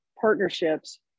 partnerships